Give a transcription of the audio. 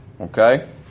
okay